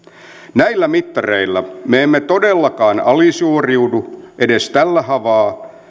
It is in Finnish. näillä mittareilla me emme todellakaan alisuoriudu edes tällä haavaa